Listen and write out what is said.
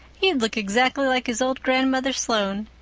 he'd look exactly like his old grandmother sloane.